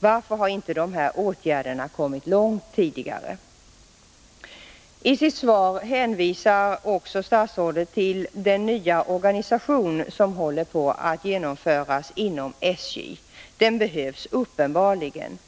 Varför har inte dessa åtgärder kommit långt tidigare? I sitt svar hänvisar statsrådet också till den nya organisation som håller på att genomföras inom SJ. Den behövs uppenbarligen.